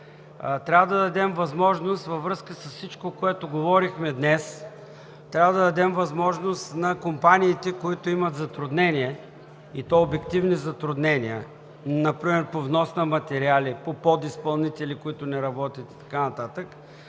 Трябва да дадем възможност на компаниите във връзка с всичко, което говорихме днес, които имат затруднения, и то обективни затруднения – например по внос на материали, по подизпълнители, които не работят, и така